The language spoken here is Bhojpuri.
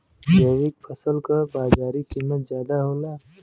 जैविक फसल क बाजारी कीमत ज्यादा होला